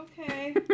Okay